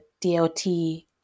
DLT